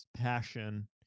passion